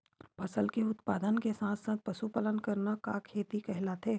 फसल के उत्पादन के साथ साथ पशुपालन करना का खेती कहलाथे?